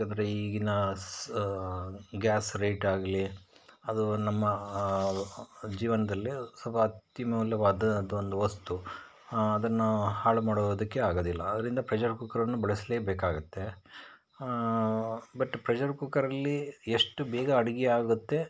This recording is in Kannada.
ಏಕೆಂದ್ರೆ ಈಗಿನ ಸಹ ಗ್ಯಾಸ್ ರೇಟಾಗಲಿ ಅದು ನಮ್ಮ ಜೀವನದಲ್ಲಿ ಸ್ವಲ್ಪ ಅತ್ಯಮೂಲ್ಯವಾದದೊಂದು ವಸ್ತು ಅದನ್ನೂ ಹಾಳು ಮಾಡೋದಕ್ಕೆ ಆಗೋದಿಲ್ಲ ಆದ್ದರಿಂದ ಪ್ರೆಷರ್ ಕುಕ್ಕರನ್ನು ಬಳಸಲೇಬೇಕಾಗುತ್ತೆ ಆ ಬಟ್ ಪ್ರೆಷರ್ ಕುಕ್ಕರಲ್ಲಿ ಎಷ್ಟು ಬೇಗ ಅಡುಗೆ ಆಗುತ್ತೆ